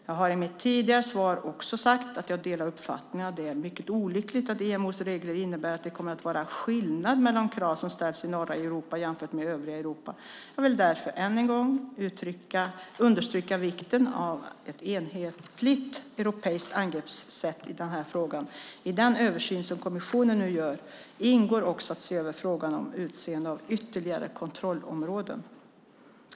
Jag har i mitt tidigare svar också sagt att jag delar uppfattningen att det är mycket olyckligt att IMO:s regler innebär att det kommer att vara skillnad mellan de krav som ställs i norra Europa jämfört med övriga Europa. Jag vill därför ännu en gång understryka vikten av ett enhetligt europeiskt angreppssätt i den här frågan. I den översyn som kommissionen nu gör ingår också att se över frågan om utseende av ytterligare kontrollområden.